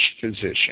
physician